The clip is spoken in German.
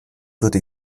wurde